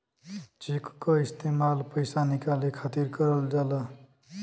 check क इस्तेमाल पइसा निकाले खातिर करल जाला